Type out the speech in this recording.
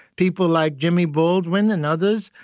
people like jimmy baldwin and others,